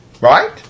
Right